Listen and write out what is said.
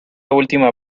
última